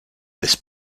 this